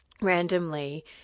randomly